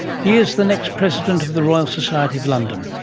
he is the next president of the royal society of london,